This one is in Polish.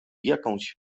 jakąś